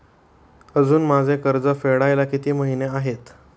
अजुन माझे कर्ज फेडायला किती महिने आहेत?